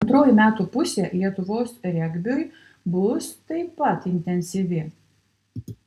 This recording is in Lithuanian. antroji metų pusė lietuvos regbiui bus taip pat intensyvi